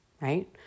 right